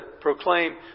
proclaim